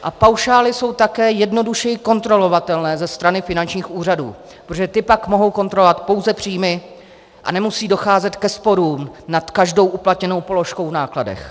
A paušály jsou také jednodušeji kontrolovatelné ze strany finančních úřadů, protože ty pak mohou kontrolovat pouze příjmy a nemusí docházet ke sporům nad každou uplatněnou položkou v nákladech.